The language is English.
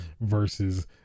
versus